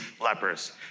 lepers